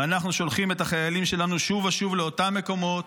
ואנחנו שולחים את החיילים שלנו שוב ושוב לאותם מקומות,